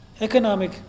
economic